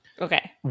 Okay